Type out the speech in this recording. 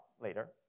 later